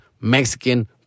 Mexican